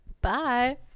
Bye